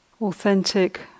authentic